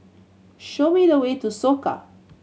show me the way to Soka